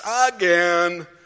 again